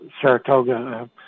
Saratoga